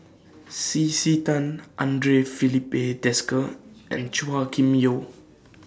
C C Tan Andre Filipe Desker and Chua Kim Yeow